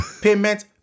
payment